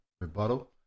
rebuttal